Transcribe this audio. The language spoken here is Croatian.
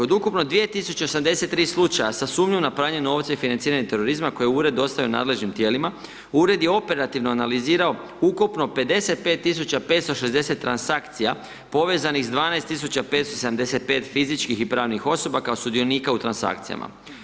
Od ukupno 2083 slučaja, sa sumnju na pranju novca i financiranje terorizma koje Ured ostavlja nadležnim tijelima, Ured je operativno analizirao ukupno 55 tisuća 560 transakcija, povezanih sa 12 tisuća 575 fizičkih i pravnih osoba kao sudionika u transakcijama.